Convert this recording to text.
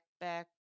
back